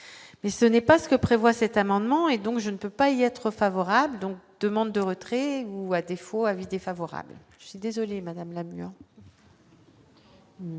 mais ce n'est pas ce que prévoit cet amendement et donc je ne peux pas il y a trop favorable donc demande de retrait. Ou, à défaut, avis défavorable, je suis désolé madame Lamure.